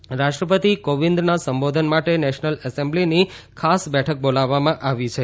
એ જ દિવસે રાષ્ટ્રપતિ કોવિંદના સંબોધન માટે નેશનલ એસેમ્બલીની ખાસ બેઠક બોલાવવામાં આવી છે